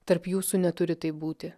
tarp jūsų neturi taip būti